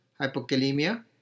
hypokalemia